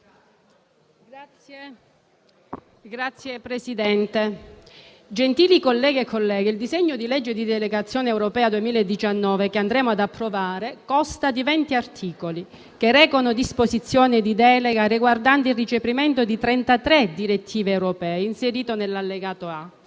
Signor Presidente, gentili colleghe e colleghi, il disegno di legge di delegazione europea 2019 che andremo ad approvare consta di 20 articoli che recano disposizioni di delega riguardanti il recepimento nella normativa nazionale di 33 direttive europee, inserite nell'allegato A,